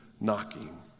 knocking